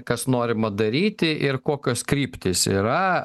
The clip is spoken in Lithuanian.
kas norima daryti ir kokios kryptys yra